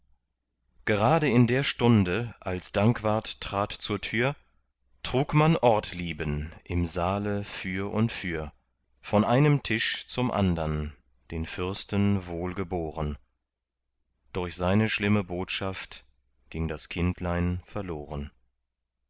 gerade in der stunde als dankwart trat zur tür trug man ortlieben im saale für und für von einem tisch zum andern den fürsten wohlgeboren durch seine schlimme botschaft ging das kindlein verloren